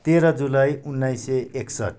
तेह्र जुलाई उन्नाइस सय एकसठ